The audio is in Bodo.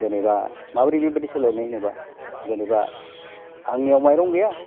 जेनेबा माबोरै बेबायदि सोलायनाय होनोब्ला जेनेबा आंनियाव माइरं गैया